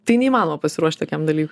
tai neįmanoma pasiruošt tokiam dalykui